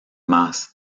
más